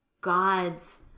God's